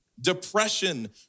depression